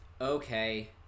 Okay